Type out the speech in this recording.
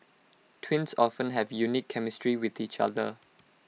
twins often have unique chemistry with each other